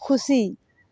ᱠᱷᱩᱥᱤ